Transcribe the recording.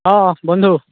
অঁ অঁ বন্ধু